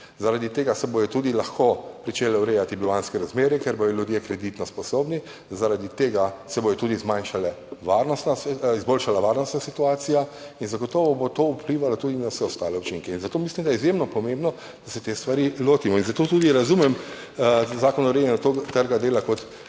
Zaradi tega se bodo tudi lahko začele urejati bivanjske razmere, ker bodo ljudje kreditno sposobni, zaradi tega se bo tudi izboljšala varnostna situacija in zagotovo bo to vplivalo tudi na vse ostale učinke. Zato mislim, da je izjemno pomembno, da se te stvari lotimo, in zato tudi razumem zakon o urejanju trga dela kot